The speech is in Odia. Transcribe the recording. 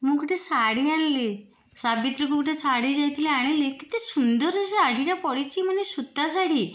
ମୁଁ ଗୋଟେ ଶାଢ଼ୀ ଆଣିଲି ସାବିତ୍ରୀକୁ ଗୋଟେ ଶାଢ଼ୀ ଯାଇଥିଲି ଆଣିଲି କେତେ ସୁନ୍ଦର ସେ ଶାଢ଼ୀଟା ପଡ଼ିଛି ମାନେ ସୂତା ଶାଢ଼ୀ